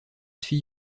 que